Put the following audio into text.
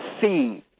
seen